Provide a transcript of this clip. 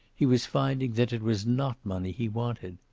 he was finding that it was not money he wanted.